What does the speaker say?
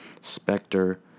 Spectre